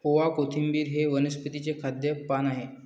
ओवा, कोथिंबिर हे वनस्पतीचे खाद्य पान आहे